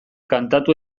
kantatu